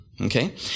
Okay